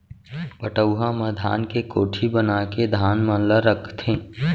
पटउहां म धान के कोठी बनाके धान मन ल रखथें